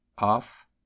off